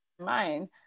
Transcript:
mind